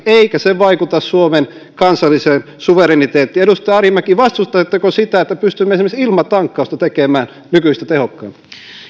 eikä se vaikuta suomen kansalliseen suvereniteettiin edustaja arhinmäki vastustatteko sitä että pystymme esimerkiksi ilmatankkausta tekemään nykyistä tehokkaammin